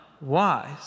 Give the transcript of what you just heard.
wise